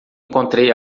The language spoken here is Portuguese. encontrei